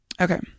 Okay